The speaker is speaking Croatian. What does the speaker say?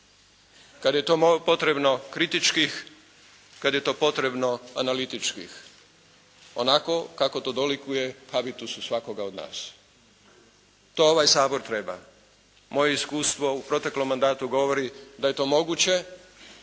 Kad je to potrebno kritičkih, kad je to potrebno analitičkih. Onako kako to dolikuje habitusu svakoga od nas. To ovaj Sabor treba. Moje iskustvo u proteklom mandatu govori da je to moguće.